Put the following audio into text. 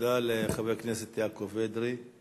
תודה לחבר הכנסת יעקב אדרי.